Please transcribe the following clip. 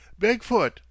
Bigfoot